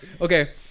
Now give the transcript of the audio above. okay